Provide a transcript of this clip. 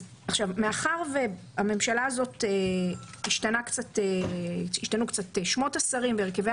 מאחר ובממשלה הזאת השתנו קצת שמות השרים והרכבי